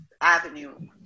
avenue